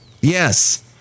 Yes